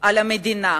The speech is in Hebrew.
על המדינה.